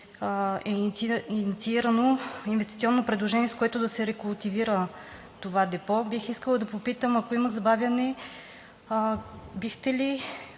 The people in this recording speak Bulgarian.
е инициирано инвестиционно предложение, с което да се рекултивира това депо. Бих искала да попитам, ако има забавяне, бихте ли